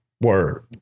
Word